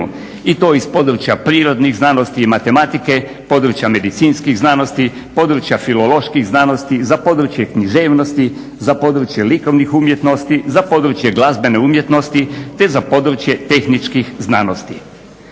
i to iz područja prirodnih znanosti i matematike, područja medicinskih znanosti, područja filoloških znanosti, za područje književnosti, za područje likovnih umjetnosti, za područje glazbene umjetnosti, te za područje tehničkih znanosti.